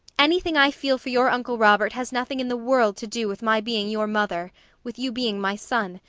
anything i feel for your uncle robert has nothing in the world to do with my being your mother with you being my son.